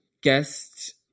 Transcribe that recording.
guest